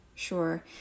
Sure